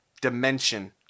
dimension